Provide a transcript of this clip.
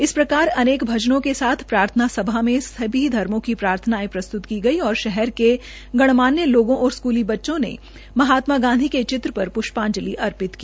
इस प्रकार अनेक भजनों के साथ प्रार्थना सभा में सभी धर्मो की प्रार्थनायें प्रस्तुत की गई और शहर के गणमान्य लोगों और स्कूली बच्चों ने महात्मा गांधी के चित्र पर प्रषपाजलि अर्पित की